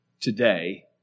today